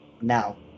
now